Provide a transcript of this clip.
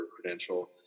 credential